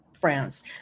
France